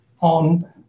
on